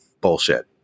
bullshit